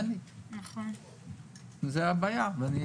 זו הבעיה, ואני